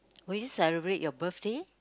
will you celebrate your birthday